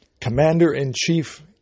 commander-in-chief